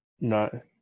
no